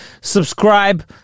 subscribe